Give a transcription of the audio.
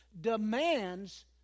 demands